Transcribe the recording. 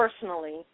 personally